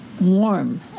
warm